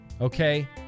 okay